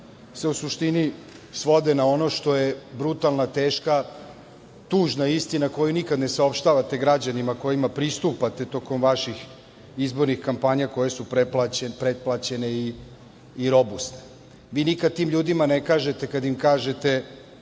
u suštini svode na ono što je brutalna, teška, tužna istina koju nikada ne saopštavate građanima kojima pristupate tokom vaših izbornih kampanja, koje su pretplaćene i robusne. Vi nikada tim ljudima, kada im kažete